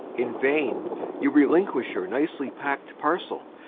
in vain you relinquish your nicely packed parcel,